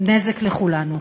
נזק לכולנו.